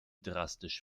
drastisch